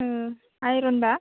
ओ आयनबा